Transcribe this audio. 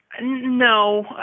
No